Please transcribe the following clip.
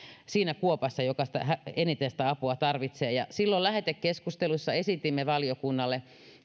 sellaisessa kuopassa kuin ne jotka eniten sitä apua tarvitsevat silloin lähetekeskustelussa esitimme valiokunnalle